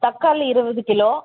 தக்காளி இருபது கிலோ